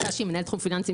קאשי הוא מנהל תחום פיננסים,